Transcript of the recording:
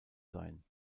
sein